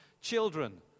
children